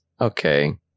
okay